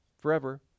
forever